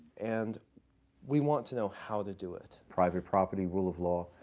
and we want to know how to do it. private property, rule of law,